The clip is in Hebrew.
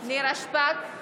נירה שפק,